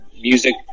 music